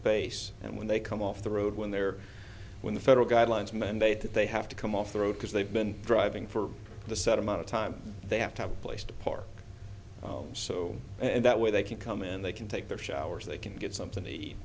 base and when they come off the road when they're when the federal guidelines mandate that they have to come off the road because they've been driving for the set amount of time they have to have a place to park so and that way they can come in they can take their showers they can get something t